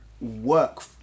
work